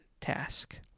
task